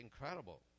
incredible